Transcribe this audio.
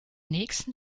nächsten